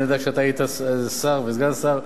אני יודע שאתה היית שר וסגן שר,